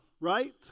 right